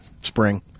spring